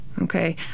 Okay